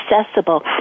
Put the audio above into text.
accessible